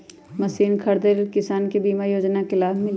Machine खरीदे ले किसान के बीमा योजना के लाभ मिली?